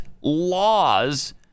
laws